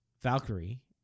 Valkyrie